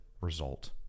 result